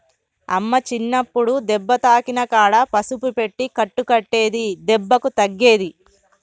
అమ్మ చిన్నప్పుడు దెబ్బ తాకిన కాడ పసుపు పెట్టి కట్టు కట్టేది దెబ్బకు తగ్గేది